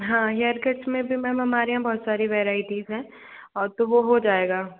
हाँ हेयरकट में भी मैम हमारे यहाँ बहुत सारी वराइटीज़ हैं और तो वो हो जाएगा